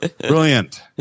Brilliant